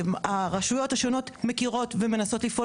הרשויות השונות מכירות ומנסות לפעול